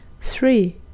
three